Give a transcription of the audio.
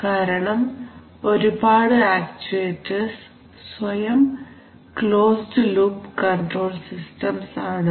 കാരണം ഒരുപാടു ആക്ചുവേറ്റർസ് സ്വയം ക്ലോസ്ഡ് ലൂപ് കൺട്രോൾ സിസ്റ്റംസ് ആണ്